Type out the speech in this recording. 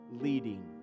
leading